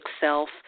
self